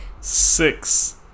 Six